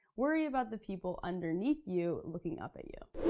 worry about the people underneath you looking up at you.